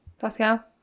Pascal